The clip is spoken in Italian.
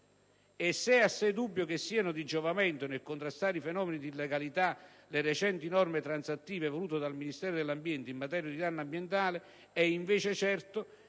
E se è assai dubbio che siano di giovamento nel contrastare i fenomeni di illegalità le recenti norme transattive volute dal Ministero dell'ambiente in materia di danno ambientale, è invece certo che